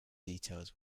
details